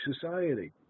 society